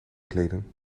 kleden